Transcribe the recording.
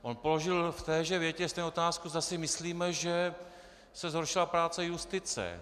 On položil v téže větě stejnou otázku, zda si myslíme, že se zhoršila práce justice.